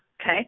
Okay